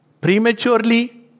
prematurely